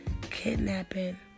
kidnapping